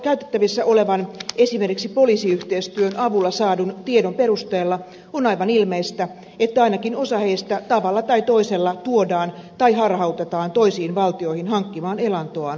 käytettävissä olevan esimerkiksi poliisiyhteistyön avulla saadun tiedon perusteella on aivan ilmeistä että ainakin osa heistä tavalla tai toisella tuodaan tai harhautetaan toisiin valtioihin hankkimaan elantoaan kerjäämällä